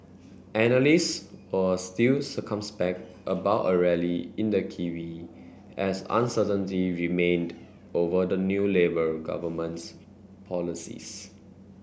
analysts were still circumspect about a rally in the kiwi as uncertainty remained over the new Labour government's policies